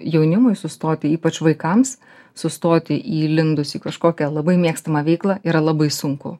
jaunimui sustoti ypač vaikams sustoti įlindus į kažkokią labai mėgstamą veiklą yra labai sunku